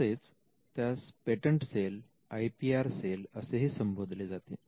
तसेच त्यास patent cell I P R cell असेही संबोधले जाते